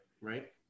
right